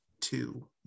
two